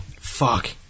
Fuck